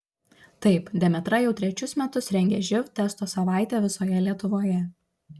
taip demetra jau trečius metus rengia živ testo savaitę visoje lietuvoje